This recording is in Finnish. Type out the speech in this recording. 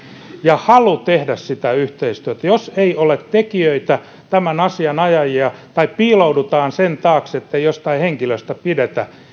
ja on oltava halu tehdä sitä yhteistyötä jos ei ole tekijöitä tämän asian ajajia tai piiloudutaan sen taakse ettei jostain henkilöstä pidetä